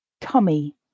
tummy